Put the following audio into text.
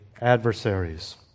adversaries